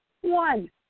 One